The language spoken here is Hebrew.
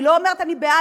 אני לא אומרת אני בעד,